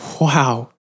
Wow